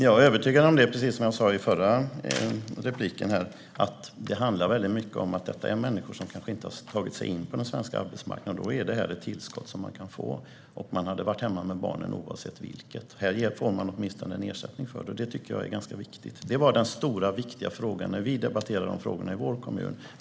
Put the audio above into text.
Herr talman! Precis som jag sa i förra repliken är jag övertygad om att det handlar mycket om att detta är människor som kanske inte har tagit sig in på den svenska arbetsmarknaden. Då är det här ett tillskott som man kan få. Man hade varit hemma med barnen oavsett vilket. Härigenom får man åtminstone en ersättning för det. Det tycker jag är ganska viktigt. Det var den stora, viktiga frågan när vi debatterade de här frågorna i vår kommun.